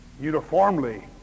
uniformly